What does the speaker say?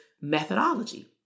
methodology